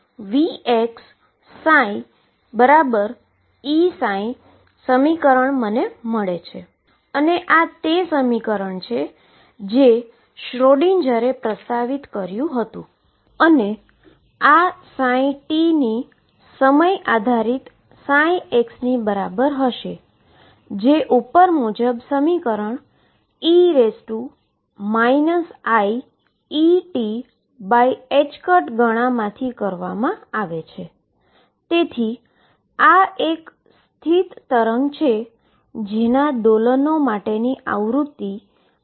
તેથી જ તમે આ ડેરીવેટીવ કરીએ અને તેને સરળતાથી ઈન્ફાઈનાઈટ સુધી એક્સ્ટન્ડ લીમીટમાં આ ચકાસી શકો છો હું તેને આશરે Amω2x2e mω2ℏx2તરીકે લખી શકું છું અને તમે જોઈ શકો છો કે આ સમીકરણમાં અન્ય પદ દુર થાય છે તેથી તે સમીકરણને સંતુષ્ટ કરે છે